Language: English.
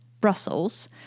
Brussels